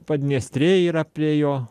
padniestrė yra prie jo